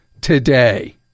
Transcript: today